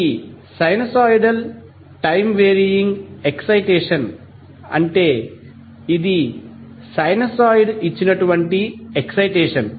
ఈ sinusoidal time varying excitation అంటే ఇది సైనూసోయిడ్ ఇచ్చినటువంటి ఎక్సైటేషన్